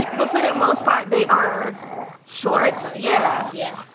but for the most part they are shorts. yeah. yeah,